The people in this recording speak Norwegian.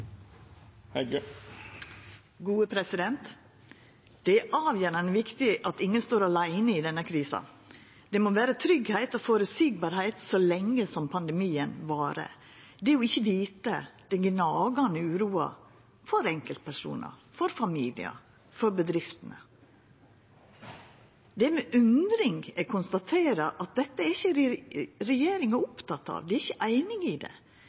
Det er avgjerande viktig at ingen står åleine i denne krisa. Det må vera trygt og føreseieleg så lenge pandemien varer. Det å ikkje vite, den gnagande uroa, for enkeltpersonar, for familiar, for bedrifter – det er med undring eg konstaterer at dette er ikkje regjeringa opptekne av, dei er ikkje einige i det.